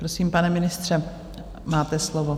Prosím, pane ministře, máte slovo.